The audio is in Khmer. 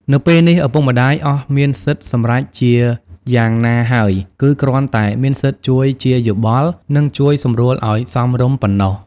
នៅពេលនេះ ឪពុកម្ដាយអស់មានសិទ្ធិសម្រេចជាយ៉ាងណាហើយ គឺគ្រាន់តែមានសិទ្ធិជួយជាយោបល់ និងជួយសម្រួលឲ្យសមរម្យប៉ុណ្ណោះ ។